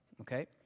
Okay